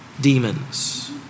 Demons